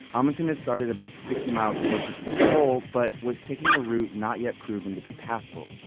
amundsen had started about sixty miles closer to the pole but was taking a route not yet proven to be passable.